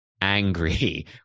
Angry